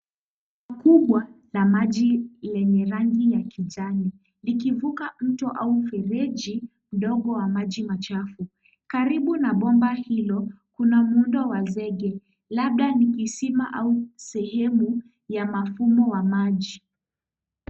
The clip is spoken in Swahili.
Pomba kubwa la maji lenye rangi ya kijani likifuka mto au mfereji ndogo ya maji machafu karibu na pomba hilo kuna muhundo wa zeke labda ni kisima au sehemu ya mafumo wa maji.